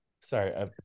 Sorry